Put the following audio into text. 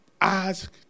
ask